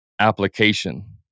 application